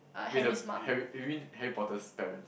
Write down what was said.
with the Harry you mean Harry-Potter's parents